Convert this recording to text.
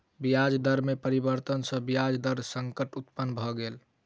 ब्याज दर में परिवर्तन सॅ ब्याज दर संकट उत्पन्न भ गेल